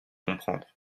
comprendre